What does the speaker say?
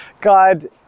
God